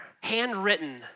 handwritten